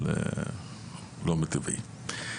אבל לא מטבעי.